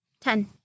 Ten